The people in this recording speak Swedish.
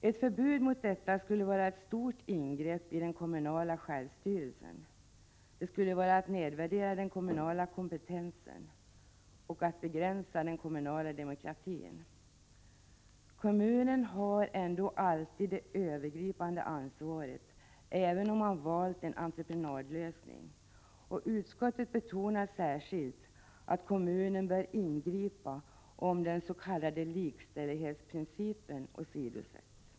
Ett förbud mot detta skulle vara ett stort ingrepp i den kommunala självstyrelsen. Det skulle vara att nedvärdera den kommunala kompetensen och att begränsa den kommunala demokratin. Kommunen har ändå alltid det övergripande ansvaret, även om man valt en entreprenadlösning, och utskottet betonar särskilt att kommunen bör ingripa om den s.k. likställighetsprincipen åsidosätts.